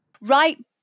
Right